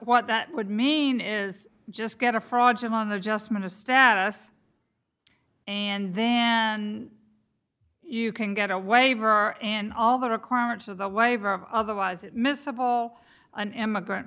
what that would mean is just get a fraudulent adjustment of status and then you can get a waiver and all the requirements of the waiver otherwise admissible an immigrant